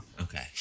Okay